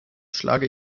schlage